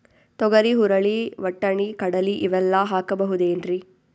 ತೊಗರಿ, ಹುರಳಿ, ವಟ್ಟಣಿ, ಕಡಲಿ ಇವೆಲ್ಲಾ ಹಾಕಬಹುದೇನ್ರಿ?